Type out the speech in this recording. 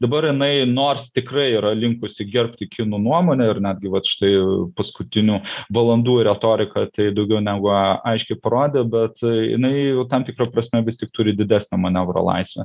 dabar jinai nors tikrai yra linkusi gerbti kinų nuomonę ir netgi vat štai paskutinių valandų retorika tai daugiau negu aiškiai parodė bet jinai tam tikra prasme vis tik turi didesnę manevro laisvę